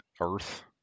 Earth